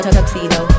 Tuxedo